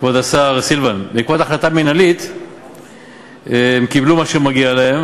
כבוד השר סילבן בעקבות החלטה מינהלית הם קיבלו מה שמגיע להם,